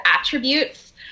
attributes